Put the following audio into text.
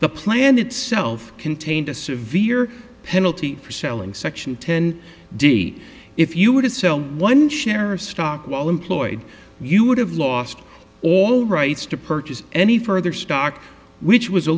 the plan itself contained a severe penalty for selling section ten d if you were to sell one share of stock while employed you would have lost all rights to purchase any further stock which was a